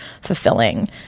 fulfilling